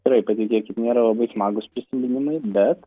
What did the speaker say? tikrai patikėkit nėra labai smagūs prisiminimai bet